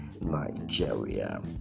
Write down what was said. Nigeria